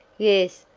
yes,